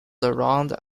around